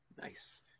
Nice